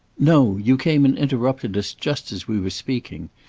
no! you came and interrupted us just as we were speaking.